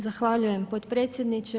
Zahvaljujem potpredsjedniče.